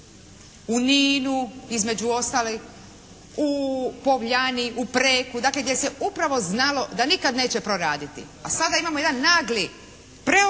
U Ninu između ostalog, u Povljani, u Preku dakle gdje se upravo znalo da neće proraditi. A sada imamo jedan nagli preokret